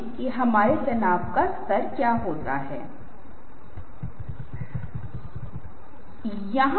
लेकिन जैसा कि मैंने आपको बताया था इनमें से कुछ को मैंने अपनी प्रस्तुति के साथ स्लाइड्स पर अपनी प्रस्तुति के बारे में विस्तार से बताया है